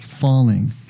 falling